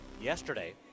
yesterday